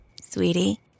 Sweetie